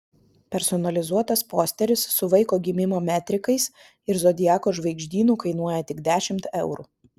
personalizuotas posteris su vaiko gimimo metrikais ir zodiako žvaigždynu kainuoja tik dešimt eurų